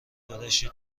داداشی